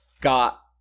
got